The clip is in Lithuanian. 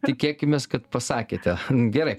tikėkimės kad pasakėte gerai